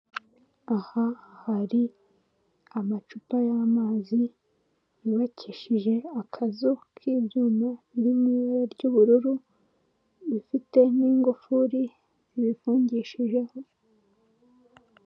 Aha hari amacupa y'amazi yubakishije akazu k'ibyuma kari mw'ibara ry'ubururu, ifite n'ingufuri iyifungishijeho.